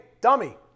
dummy